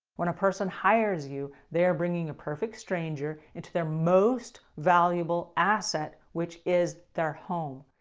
when a person hires you, they are bringing a perfect stranger into their most valuable asset which is their home.